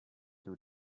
two